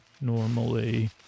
normally